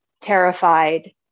terrified